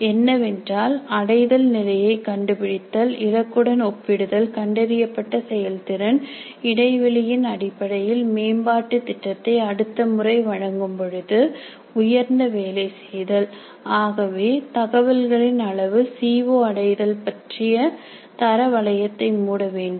என்னவென்றால் அடைதல் நிலையை கண்டுபிடித்தல் இலக்குடன் ஒப்பிடுதல் கண்டறியப்பட்ட செயல்திறன் இடைவெளியின் அடிப்படையில் மேம்பாட்டு திட்டத்தை அடுத்த முறை வழங்கும் பொழுது உயர்த்த வேலை செய்தல் ஆகவே தகவல்களின் அளவு சி ஓ அடைதல் பற்றிய தர வளையத்தை மூட வேண்டும்